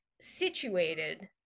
situated